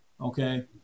Okay